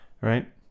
right